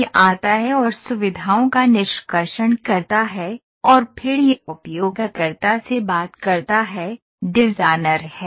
यह आता है और सुविधाओं का निष्कर्षण करता है और फिर यह उपयोगकर्ता से बात करता है डिजाइनर है